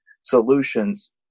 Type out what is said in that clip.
solutions